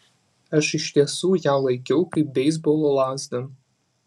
aš iš tiesų ją laikiau kaip beisbolo lazdą